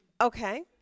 Okay